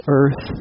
earth